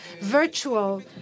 virtual